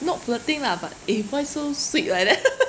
not flirting lah but eh why so sweet like that